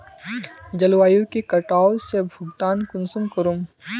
जलवायु के कटाव से भुगतान कुंसम करूम?